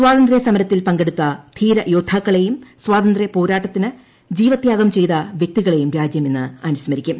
സ്വതന്ത്ര സമരത്തിൽ പങ്കെടുത്ത ധീര യോദ്ധാക്കളെയും സ്വാതന്ത്ര്യ പോരാട്ടത്തിനു ജീവത്യാഗം ചെയ്ത വ്യക്തികളെയും രാജ്യം ഇന്ന് അനുസ്മരിക്കും